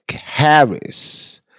Harris